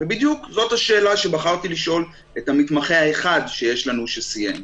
ובדיוק זאת השאלה שבחרתי לשאול את המתמחה האחד שיש לנו שסיים.